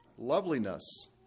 loveliness